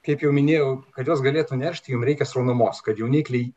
kaip jau minėjau kad jos galėtų neršti jom reikia sraunumos kad jaunikliai